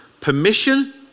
permission